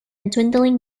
dwindling